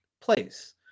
place